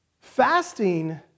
Fasting